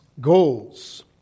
goals